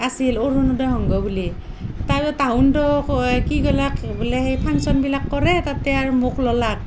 আছিল অৰুণোদয় সংঘ বুলি তাৰো তাহোনতো কয় কি কলাক বোলে সেই ফাংশ্বনবিলাক কৰে তাতে আৰু মোক ললাক